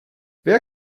wer